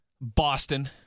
Boston